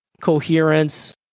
coherence